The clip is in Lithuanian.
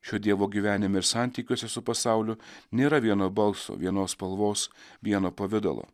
šio dievo gyvenime ir santykiuose su pasauliu nėra vieno balso vienos spalvos vieno pavidalo